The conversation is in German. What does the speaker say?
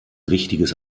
wichtiges